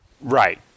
Right